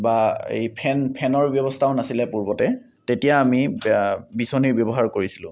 বা এই ফেন ফেনৰ ব্যৱস্থাও নাছিলে পূৰ্বতে তেতিয়া আমি বিচনী ব্যৱহাৰ কৰিছিলোঁ